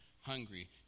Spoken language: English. hungry